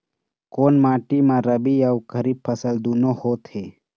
कोन माटी म रबी अऊ खरीफ फसल दूनों होत हे?